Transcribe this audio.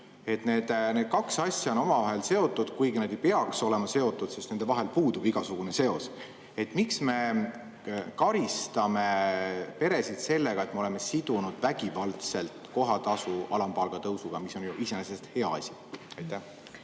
Need kaks asja on omavahel seotud, kuigi nad ei peaks olema seotud, sest nende vahel puudub igasugune seos. Miks me karistame peresid sellega, et oleme vägivaldselt sidunud kohatasu alampalga tõusuga, mis on ju iseenesest hea asi?